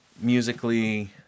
musically